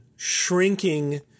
shrinking